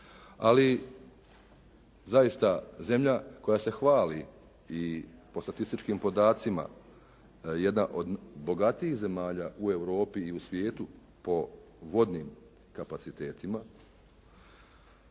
ali zaista zemlja koja se hvali i po statističkim podacima jedna od bogatijih zemalja u Europi i u svijetu po vodnim kapacitetima